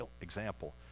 example